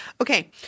Okay